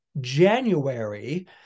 January